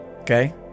okay